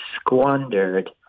squandered